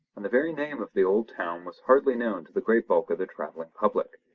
and the very name of the old town was hardly known to the great bulk of the travelling public.